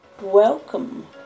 Welcome